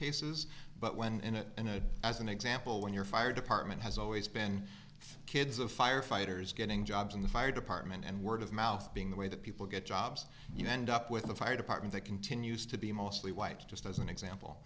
cases but when in a minute as an example when your fire department has always been kids of firefighters getting jobs in the fire department and word of mouth being the way that people get jobs you end up with a fire department that continues to be mostly white just as an example